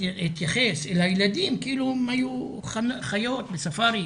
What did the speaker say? התייחס לילדים כאילו הם היו חיות בספארי,